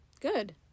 Good